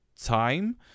time